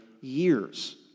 years